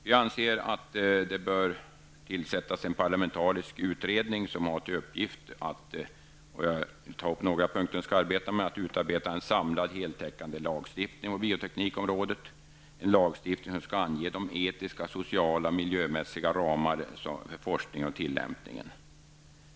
Vi anser att det bör tillsättas en parlamentarisk utredning, som får till uppgift att utarbeta en samlad heltäckande lagstiftning på bioteknikens område, lagstiftning som skall ange de etiska, sociala och miljömässiga ramarna för forskningen och tillämpningen.